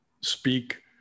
speak